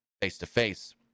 face-to-face